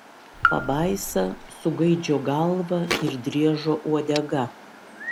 pabaisa su gaidžio galva ir driežo uodega